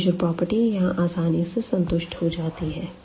closure property यहाँ आसानी से संतुष्ट हो जाती है